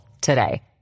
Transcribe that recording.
today